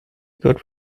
good